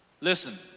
listen